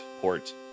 port